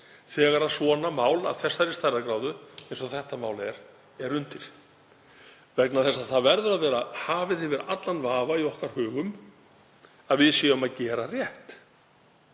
þegar mál af þessari stærðargráðu, eins og þetta mál er, eru undir. Það verður að vera hafið yfir allan vafa í okkar hugum að við séum að gera rétt